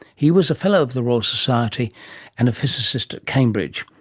he was a fellow of the royal society and a physicist at cambridge.